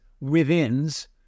within's